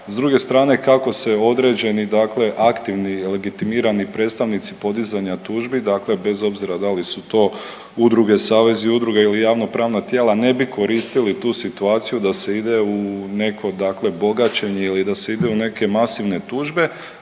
S druge strane kako se određeni, dakle aktivni legitimirani predstavnici podizanja tužbi, dakle bez obzira da li su to udruge, savezi udruga ili javno pravna tijela ne bi koristili tu situaciju da se ide u neko, dakle bogaćenje ili da se ide u neke masivne tužbe